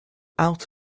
out